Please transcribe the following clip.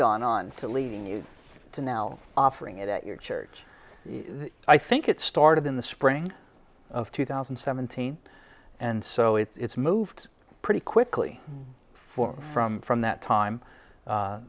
gone on to leading you to now offering it at your church i think it started in the spring of two thousand and seventeen and so it's moved pretty quickly for from from that time